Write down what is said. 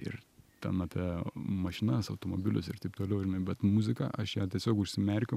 ir ten apie mašinas automobilius ir taip toliau bet muzika aš ją tiesiog užsimerkiu